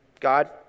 God